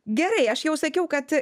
gerai aš jau sakiau kad